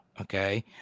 Okay